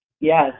Yes